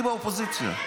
אני באופוזיציה.